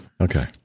Okay